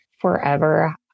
forever